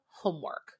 homework